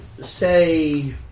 say